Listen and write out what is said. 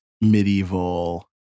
medieval